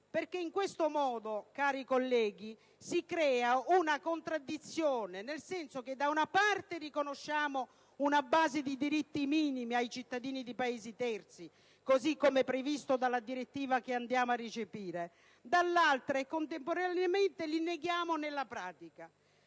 In questo modo, cari colleghi, si crea una contraddizione: da una parte riconosciamo una base di diritti minimi ai cittadini di Paesi terzi, così come previsto dalla direttiva che andiamo a recepire; dall'altra, e contemporaneamente, li neghiamo nella pratica.